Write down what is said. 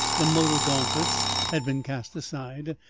the motor gauntlets had been cast aside,